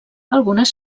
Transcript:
algunes